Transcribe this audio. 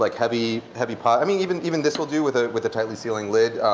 like heavy, heavy pot i mean even even this will do with ah with a tightly sealing lid.